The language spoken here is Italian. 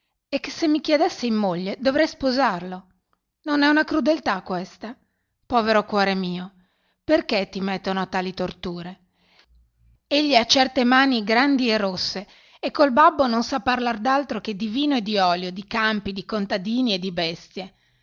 e che se mi chiedesse in moglie dovrei sposarlo non è una crudeltà questa povero cuore mio perché ti mettono a tali torture egli ha certe mani grandi e rosse e col babbo non sa parlare d'altro che di vino e di olio di campi di contadini e di bestie